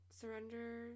surrender